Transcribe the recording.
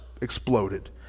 exploded